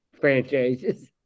franchises